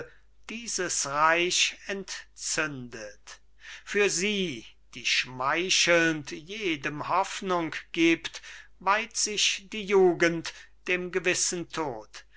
dieses reich entzündet für sie die schmeichelnd jedem hoffnung gibt weiht sich die jugend dem gewissen tod